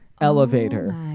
elevator